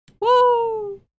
Woo